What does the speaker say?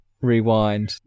rewind